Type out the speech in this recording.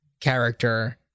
character